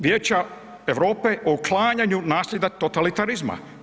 Vijeća Europe o uklanjanju nasljeđa totalitarizma?